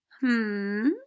Hmm